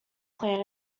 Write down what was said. plan